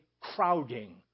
crowding